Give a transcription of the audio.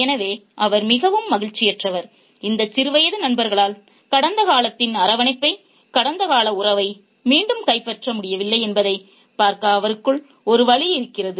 எனவே அவர் மிகவும் மகிழ்ச்சியற்றவர் இந்தச் சிறுவயது நண்பர்களால் கடந்த காலத்தின் அரவணைப்பை கடந்தகால உறவை மீண்டும் கைப்பற்ற முடியவில்லை என்பதைப் பார்க்க அவருக்குள் ஒரு வலி இருக்கிறது